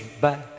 back